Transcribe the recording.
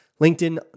LinkedIn